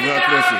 חברי הכנסת,